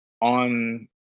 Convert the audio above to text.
on